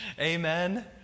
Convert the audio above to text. Amen